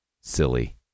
silly